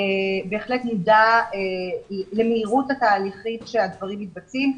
בהחלט מודע למהירות התהליכית שהדברים מתבצעים,